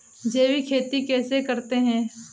जैविक खेती कैसे करते हैं?